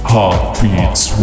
Heartbeats